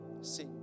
see